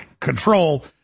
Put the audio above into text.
control